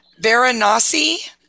Varanasi